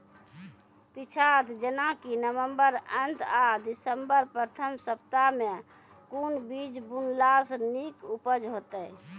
पीछात जेनाकि नवम्बर अंत आ दिसम्बर प्रथम सप्ताह मे कून बीज बुनलास नीक उपज हेते?